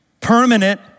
permanent